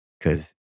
Cause